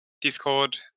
discord